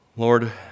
Lord